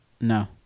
No